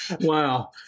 Wow